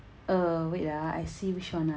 uh wait ah I see which one ah